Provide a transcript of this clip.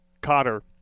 Cotter